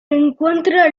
encuentra